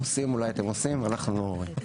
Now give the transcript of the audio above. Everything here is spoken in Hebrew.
עושים, אולי אתם עושים, אבל אנחנו לא רואים.